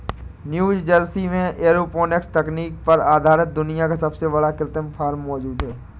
New Jersey में aeroponics तकनीक पर आधारित दुनिया का सबसे बड़ा कृत्रिम फार्म मौजूद है